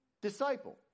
Disciple